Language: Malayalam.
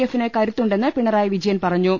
എഫിന് കരുത്തുണ്ടെന്ന് പിണറായി വിജയൻ പറഞ്ഞു